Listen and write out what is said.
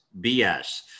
BS